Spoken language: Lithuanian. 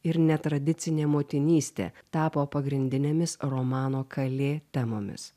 ir netradicinė motinystė tapo pagrindinėmis romano kalė temomis